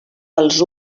els